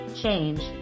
change